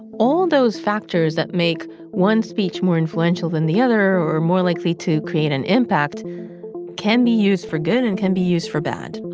all those factors that make one speech more influential than the other or more likely to create an impact can be used for good and can be used for bad